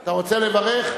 אתה רוצה לברך?